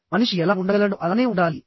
మనిషి ఎలా ఉండగలడో అలానే ఉండాలి